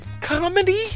comedy